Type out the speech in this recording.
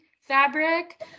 fabric